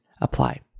apply